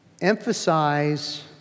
emphasize